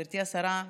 גברתי השרה,